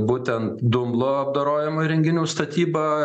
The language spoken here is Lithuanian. būtent dumblo apdorojimo įrenginių statyba